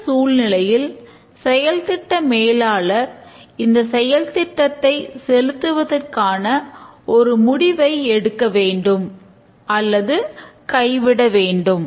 இந்த சூழ்நிலையில் செயல்திட்ட மேலாளர் இந்த செயல் திட்டத்தை செலுத்துவதற்கான ஒரு முடிவை எடுக்க வேண்டும் அல்லது கைவிட வேண்டும்